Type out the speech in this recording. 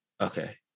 Okay